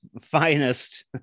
finest